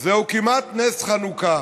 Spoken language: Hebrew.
זה כמעט נס חנוכה.